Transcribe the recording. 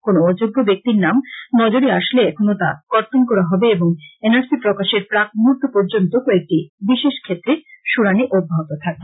কোন অযোগ্য ব্যক্তির নাম নজরে আসলে এখনও তা কর্তন করা হবে এবং এন আর সি প্রকাশের প্রাক মুহুর্ত পর্যন্ত কয়েকটি বিশেষ ক্ষেত্রে শুনানি অব্যহত থাকবে